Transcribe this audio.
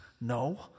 no